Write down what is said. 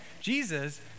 Jesus